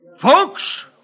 Folks